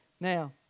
Now